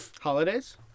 Holidays